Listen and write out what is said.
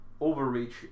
Overreach